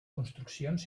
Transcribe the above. construccions